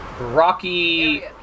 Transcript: rocky